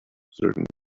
observing